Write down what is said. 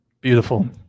Beautiful